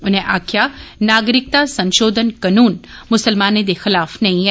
उनें आक्खेआ नागरिकता संशोधन कानून मुसलमानें दे खिलाफ नेई ऐ